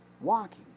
Walking